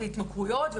התמכרויות,